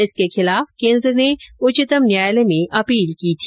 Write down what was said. इसके खिलाफ केन्द्र ने उच्चतम न्यायालय में अपील की थी